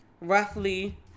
roughly